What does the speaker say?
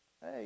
hey